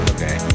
Okay